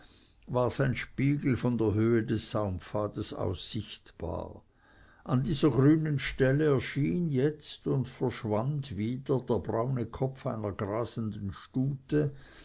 war sein spiegel von der höhe des saumpfades aus sichtbar an dieser grünen stelle erschien jetzt und verschwand wieder der braune kopf einer grasenden stute